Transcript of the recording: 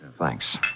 Thanks